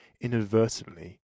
inadvertently